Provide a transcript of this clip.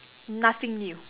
nothing new